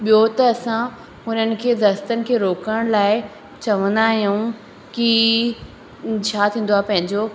ॿियो त असां उन्हनि खे दस्तनि खे रोकण लाइ चवंदा आहियूं की छा थींदो आहे पंहिंजो